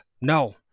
no